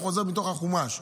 הוא חוזר מתוך החומש.